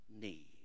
need